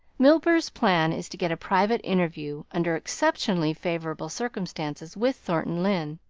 milburgh's plan is to get a private interview, under exceptionally favourable circumstances, with thornton lyne.